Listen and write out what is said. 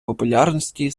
популярності